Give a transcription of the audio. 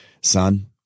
son